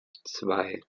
zwei